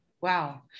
Wow